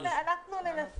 אנשים אופטימיים אתם.